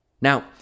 Now